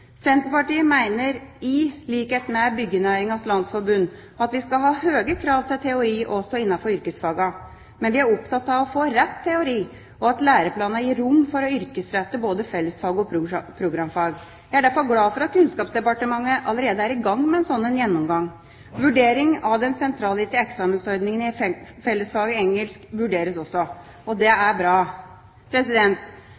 Senterpartiet mener – i likhet med Byggenæringens Landsforbund – at vi skal ha høye krav til teori også innenfor yrkesfagene. Men vi er opptatt av å få rett teori og at læreplanene gir rom for å yrkesrette både fellesfag og programfag. Jeg er derfor glad for at Kunnskapsdepartementet allerede er i gang med en slik gjennomgang. Vurdering av den sentralgitte eksamensordningen i fellesfaget engelsk vurderes også. Og det